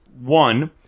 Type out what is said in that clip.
one